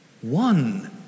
One